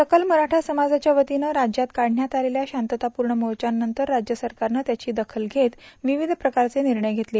सकल मराठा समाजाच्या वतीनं राज्यात काढण्यात आलेल्या शांततापूर्ण मोर्चानंतर राज्य सरकारनं त्याची दखल घेत विविध प्रकारचे निर्णय घेतले